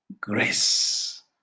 grace